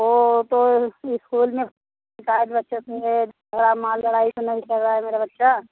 वह तो इस्कूल में शिकायत बच्चों की है वहाँ लड़ाई तो नहीं कर रहा है मेरा बच्चा